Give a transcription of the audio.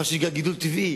מה שנקרא גידול טבעי